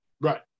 Right